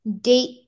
date